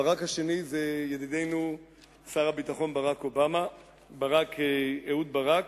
הברק השני זה ידידנו שר הביטחון אהוד ברק,